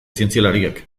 zientzialariek